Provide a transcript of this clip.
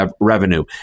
revenue